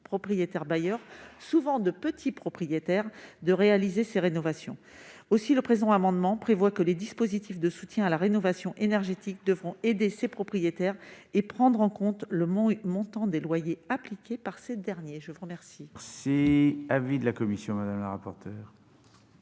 propriétaires bailleurs, souvent de petits propriétaires, d'effectuer ces rénovations énergétiques. Aussi, le présent amendement tend à prévoir que les dispositifs de soutien à la rénovation énergétique devront aider ces propriétaires et prendre en compte le montant des loyers appliqués par ces derniers. Quel